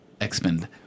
X-Men